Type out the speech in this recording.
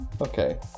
Okay